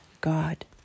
God